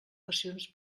passions